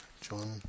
John